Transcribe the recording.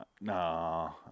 no